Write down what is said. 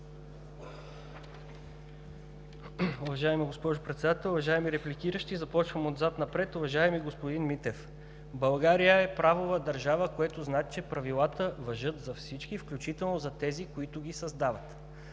Уважаема госпожо Председател, уважаеми репликиращи! Започвам отзад напред. Уважаеми господин Митев, България е правова държава, което значи, че правилата важат за всички, включително за тези, които ги създават.